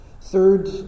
Third